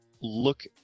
look